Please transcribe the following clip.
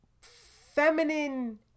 feminine